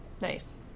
Nice